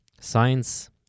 Science